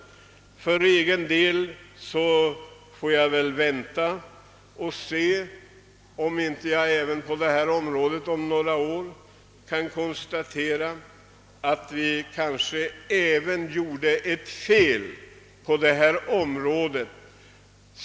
För egen del får jag väl vänta och se om jag inte om några år kan konsta tera att vi på detta område kanske även gjorde ett fel.